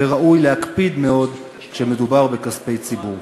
וראוי להקפיד מאוד כשמדובר בכספי ציבור.